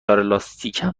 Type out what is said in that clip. لاستیکم